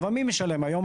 אבל מי משלם היום?